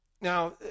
Now